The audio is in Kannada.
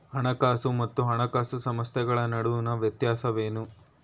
ಹಣಕಾಸು ಮತ್ತು ಹಣಕಾಸು ಸಂಸ್ಥೆಗಳ ನಡುವಿನ ವ್ಯತ್ಯಾಸವೇನು?